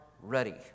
ready